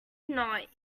not